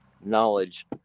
knowledge